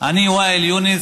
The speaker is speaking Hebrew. אני ואאל יונס,